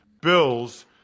Bills